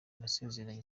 nasezeranye